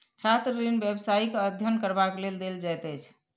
छात्र ऋण व्यवसायिक अध्ययन करबाक लेल देल जाइत अछि